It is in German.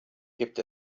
gibt